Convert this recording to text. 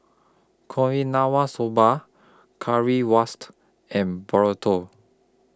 Soba Currywurst and Burrito